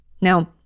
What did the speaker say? Now